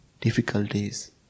difficulties